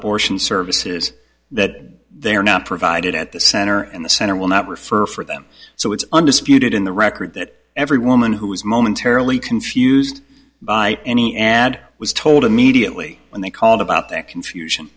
abortion services that they are not provided at the center and the center will not refer for them so it's undisputed in the record that every woman who was momentarily confused by any ad was told immediately when they called about their confusion